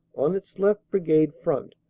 on its left brigade front,